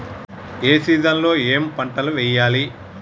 ఏ season లో ఏం పంటలు వెయ్యాలి?